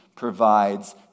provides